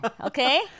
Okay